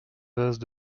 vases